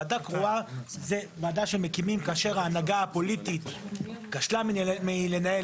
ועדה קרואה זה ועדה שמקימים כאשר ההנהגה הפוליטית כשלה מלנהל